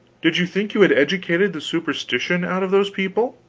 did you think you had educated the superstition out of those people?